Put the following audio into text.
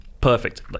perfect